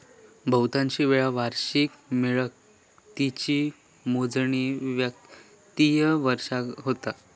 बहुतांशी वेळा वार्षिक मिळकतीची मोजणी वित्तिय वर्षाक होता